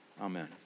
Amen